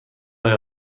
هایی